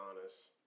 honest